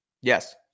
Yes